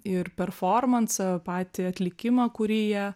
ir performansą patį atlikimą kurį jie